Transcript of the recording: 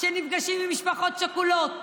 שנפגשים עם משפחות שכולות,